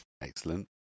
excellent